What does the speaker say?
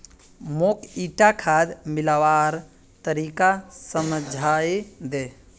मौक ईटा खाद मिलव्वार तरीका समझाइ दे